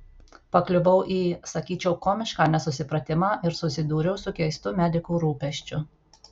pakliuvau į sakyčiau komišką nesusipratimą ir susidūriau su keistu medikų rūpesčiu